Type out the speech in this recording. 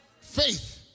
Faith